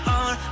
on